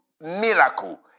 miracle